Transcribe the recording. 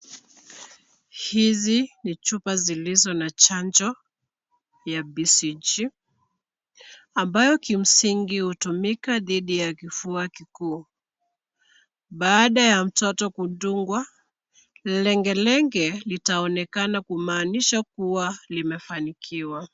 Hizi ni chupa zilizo na chanjo ya BCG ambayo kimsingi hutumiwa dhidi ya kifua kikuu. Baada ya mtoto kudungwa, lengelenge litaonekana kumaanisha kuwa limefanikiwa.